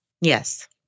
Yes